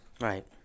Right